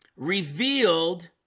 revealed